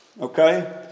okay